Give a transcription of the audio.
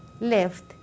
left